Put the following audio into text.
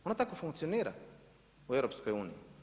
Ona tako funkcionira u EU.